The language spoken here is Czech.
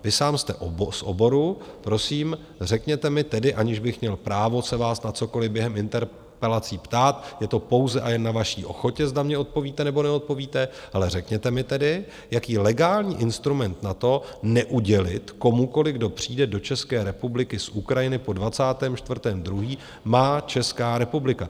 Vy sám jste z oboru, prosím, řekněte mi tedy, aniž bych měl právo se vás na cokoliv během interpelací ptát, je to pouze a jen na vaší ochotě, zda mně odpovíte, nebo neodpovíte, ale řekněte mi tedy, jaký legální instrument na to, neudělit komukoliv, kdo přijde do České republiky z Ukrajiny po 24. 2., má Česká republika?